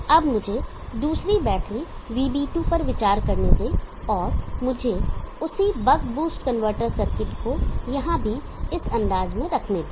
अब मुझे दूसरी बैटरी VB2 पर विचार करने दें और मुझे उसी बक बूस्ट कनवर्टर सर्किट को यहां भी इस अंदाज में रखने दें